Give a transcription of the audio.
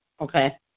Okay